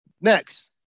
Next